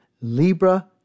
libra